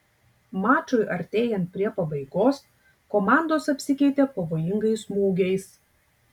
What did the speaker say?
mačui artėjant prie pabaigos komandos apsikeitė pavojingais smūgiais